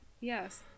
yes